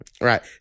right